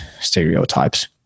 stereotypes